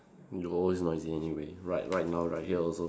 you always noisy anyway right right now right here also